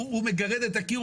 הוא מגרד את הקיר,